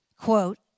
quote